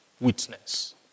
witness